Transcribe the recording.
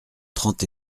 trente